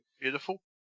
beautiful